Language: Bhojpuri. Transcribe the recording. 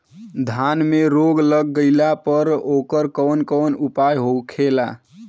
धान में रोग लग गईला पर उकर कवन कवन उपाय होखेला?